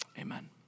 amen